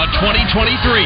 2023